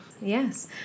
Yes